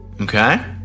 Okay